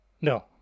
No